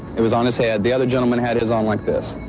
it was on his head. the other gentleman had his on like this.